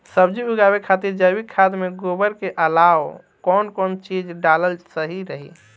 सब्जी उगावे खातिर जैविक खाद मे गोबर के अलाव कौन कौन चीज़ डालल सही रही?